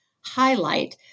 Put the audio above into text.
highlight